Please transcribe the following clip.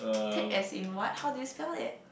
take as in what how do you spell it